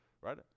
right